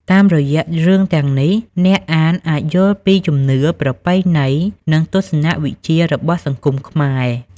តាមរយៈរឿងទាំងនេះ អ្នកអានអាចយល់ពីជំនឿ ប្រពៃណី និងទស្សនៈវិជ្ជារបស់សង្គមខ្មែរ។